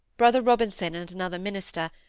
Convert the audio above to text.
brother robinson and another minister,